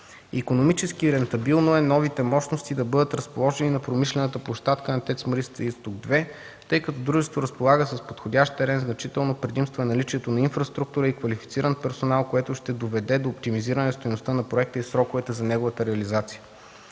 Икономически рентабилно е новите мощности да бъдат разположени на промишлената площадка на ТЕЦ „Марица Изток 2”, тъй като дружеството разполага с подходящ терен, значително предимство е наличието на инфраструктура и квалифициран персонал, което ще доведе до оптимизиране стойността на проекта и сроковете за неговата реализация.